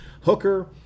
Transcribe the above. Hooker